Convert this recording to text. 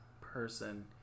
person